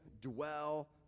dwell